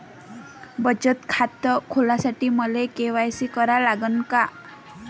बचत खात खोलासाठी मले के.वाय.सी करा लागन का?